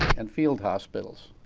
and field hospitals,